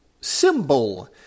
Symbol